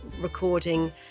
recording